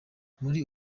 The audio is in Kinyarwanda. muri